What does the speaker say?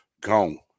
gone